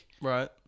right